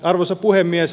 arvoisa puhemies